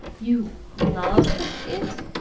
you love it,